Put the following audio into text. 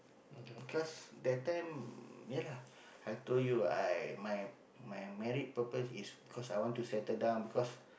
because that time ya lah I told you I my my married purpose is because I want to settle down because